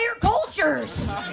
cultures